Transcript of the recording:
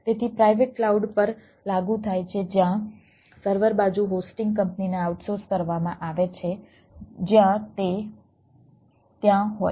તેથી private cloud પર લાગુ થાય છે જ્યાં સર્વર બાજુ હોસ્ટિંગ કંપની ને આઉટસોર્સ કરવામાં આવે છે જ્યાં તે ત્યાં હોય